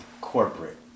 corporate